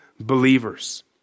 believers